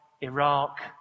Iraq